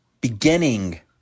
beginning